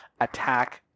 attack